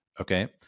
Okay